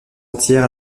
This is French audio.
entière